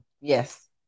Yes